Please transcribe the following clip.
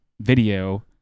video